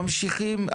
ממשיכים.